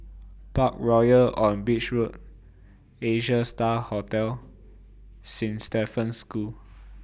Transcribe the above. Parkroyal on Beach Road Asia STAR Hotel Saint Stephen's School